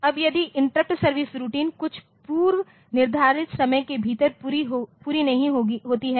अब यदि interrupt service routine कुछ पूर्व निर्धारित समय के भीतर पूरी नहीं होती है